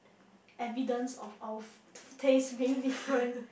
evidence of our two taste being different